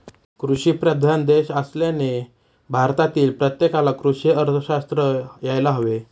कृषीप्रधान देश असल्याने भारतातील प्रत्येकाला कृषी अर्थशास्त्र यायला हवे